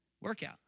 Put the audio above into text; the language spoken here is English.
Workout